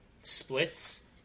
splits